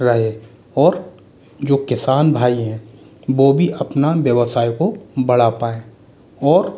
रहे और जो किसान भाई हैं वो भी अपना व्यवसायों को बढ़ा पाएँ और